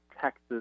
Texas